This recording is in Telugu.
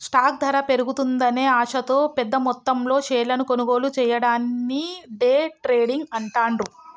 స్టాక్ ధర పెరుగుతుందనే ఆశతో పెద్దమొత్తంలో షేర్లను కొనుగోలు చెయ్యడాన్ని డే ట్రేడింగ్ అంటాండ్రు